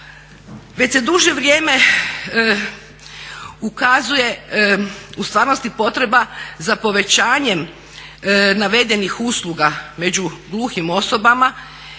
Već se duže vrijeme ukazuje potreba za povećanjem navedenih usluga među gluhim osobama,